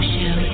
Show